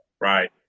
Right